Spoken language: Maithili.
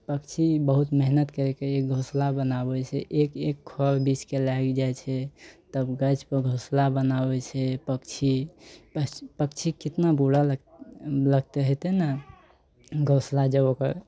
पक्षी बहुत मेहनत करिके ई घोसला बनाबय छै एक एक खऽर बीछ कए लाइले जाइ छै तब गाछपर घोसला बनाबय छै पक्षी पक्षी कितना बुरा लगतइ हेतय ने घोसला जब ओकर